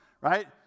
right